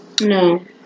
No